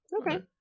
Okay